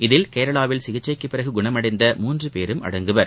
இதில் கேரளாவில் சிகிச்சைக்குப் பிறகு குணமடைந்த மூன்று பேரும் அடங்குவர்